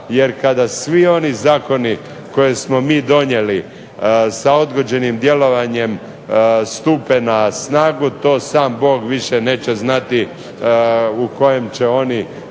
Jer kada svi oni zakoni koje smo mi donijeli sa odgođenim djelovanjem stupe na snagu to sam Bog više neće znati u kojem će oni